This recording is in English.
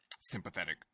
sympathetic